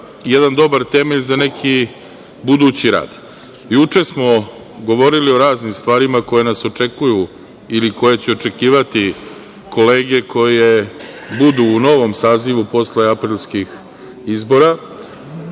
jedan dobar temelj za neki budući rad. Juče smo govorili o raznim stvarima koje nas očekuju ili koje će očekivati kolege koje budu u novom sazivu posle aprilskih izbora.